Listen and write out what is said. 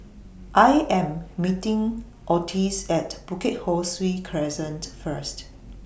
I Am meeting Otis At Bukit Ho Swee Crescent First